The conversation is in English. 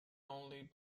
only